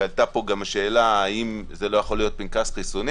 ועלתה פה גם השאלה האם זה לא יכול להיות פנקס חיסונים.